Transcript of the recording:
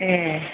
ए